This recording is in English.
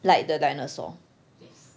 like the dinosaur